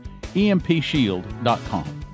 EMPshield.com